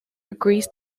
agrees